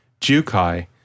Jukai